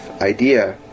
idea